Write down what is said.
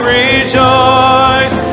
rejoice